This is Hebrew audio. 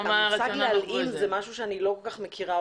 המושג "הלאמה" זה משהו שאני לא כל כך מכירה.